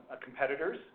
competitors